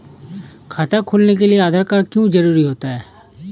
खाता खोलने के लिए आधार कार्ड क्यो जरूरी होता है?